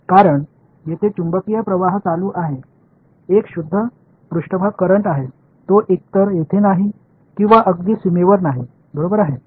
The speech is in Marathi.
कारण तेथे चुंबकीय प्रवाह चालू आहे एक शुद्ध पृष्ठभाग करंट आहे तो एकतर येथे नाही किंवा अगदी सीमेवर नाही बरोबर आहे